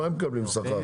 מה הם מקבלים שכר?